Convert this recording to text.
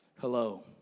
hello